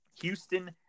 Houston